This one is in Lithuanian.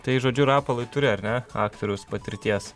tai žodžiu rapolai turi ar ne aktoriaus patirties